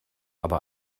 aber